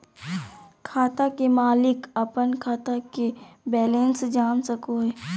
खाता के मालिक अपन खाता के बैलेंस जान सको हय